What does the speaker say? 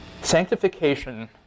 Sanctification